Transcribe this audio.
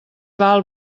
val